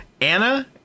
Anna